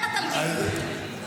כן התלמיד,